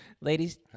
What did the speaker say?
Ladies